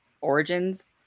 origins